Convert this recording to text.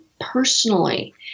personally